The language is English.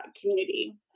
community